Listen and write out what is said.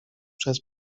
przez